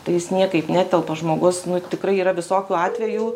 tai jis niekaip netelpa žmogus nu tikrai yra visokių atvejų